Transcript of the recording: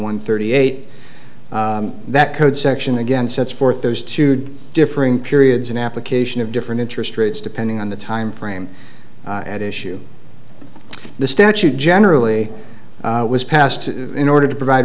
one thirty eight that code section again sets forth those two differing periods in application of different interest rates depending on the timeframe at issue the statute generally was passed in order to provide